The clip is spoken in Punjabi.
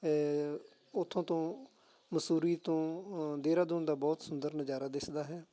ਉੱਥੋਂ ਤੋਂ ਮਸੂਰੀ ਤੋਂ ਦੇਹਰਾਦੂਨ ਦਾ ਬਹੁਤ ਸੁੰਦਰ ਨਜ਼ਾਰਾ ਦਿਖਦਾ ਹੈ